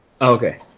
okay